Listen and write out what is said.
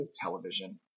television